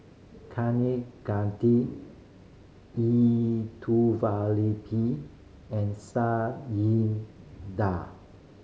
Kanegati and